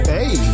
Hey